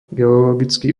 geologický